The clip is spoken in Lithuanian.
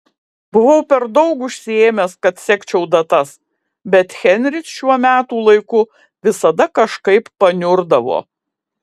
buvau per daug užsiėmęs kad sekčiau datas bet henris šiuo metų laiku visada kažkaip paniurdavo